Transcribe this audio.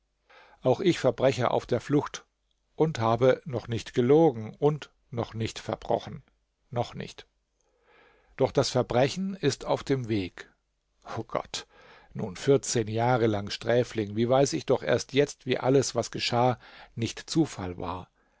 auch ich verbrecher auf der flucht und habe noch nicht gelogen und noch nicht verbrochen noch nicht doch das verbrechen ist auf dem weg o gott nun vierzehn jahre lang sträfling wie weiß ich doch erst jetzt wie alles was geschah nicht zufall war